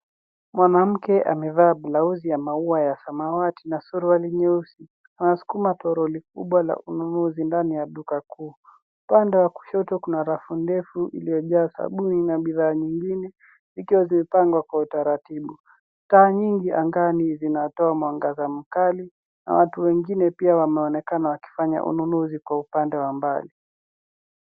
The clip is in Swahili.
Mwanamke amevaa blauzi ya maua ya samawati na suruali nyeusi anaskuma troli kubwa la ununuzi ndani ya duka kuu. Upande wa kushoto kuna rafu ndefu iliyojaa sabuni na bidhaa nyingine zikiwa zimepangwa kwa utaratibu. Taa nyingi angani zinatoa mwangaza mkali na watu wengine pia wameonekana wakifanya ununuzi kwa upande wa mbali.